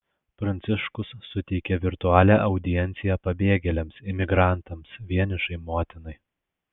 pranciškus suteikė virtualią audienciją pabėgėliams imigrantams vienišai motinai